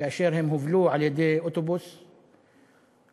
כאשר הם הובלו על-ידי אוטובוס מקומי,